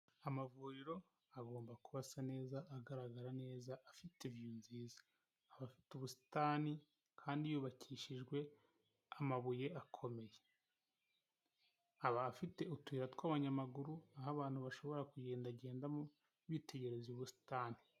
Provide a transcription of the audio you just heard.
Amavuriro agomba kuba asa neza agaragara neza afite view nziza afite ubusitani kandi yubakishijwe amabuye akomeye aba afite utuyira tw'abanyamaguru aho abantu bashobora kugendagendamo bitegereza ubusitani.